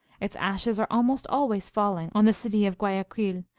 its ashes are almost always falling on the city of guayaquil,